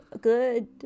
Good